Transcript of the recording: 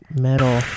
metal